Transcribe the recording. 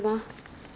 do you have cleanser